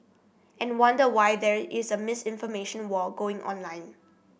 and wonder why there is a misinformation war going on online